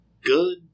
Good